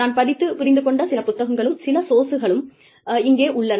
நான் படித்துப் புரிந்து கொண்ட சில புத்தகங்களும் சில சோர்ஸ்களும் இங்கே உள்ளன